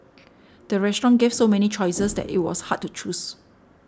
the restaurant gave so many choices that it was hard to choose